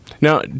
Now